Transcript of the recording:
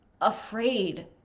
afraid